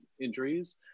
injuries